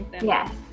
Yes